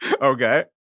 okay